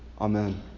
Amen